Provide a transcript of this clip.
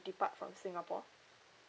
depart from singapore